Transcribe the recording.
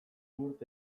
urte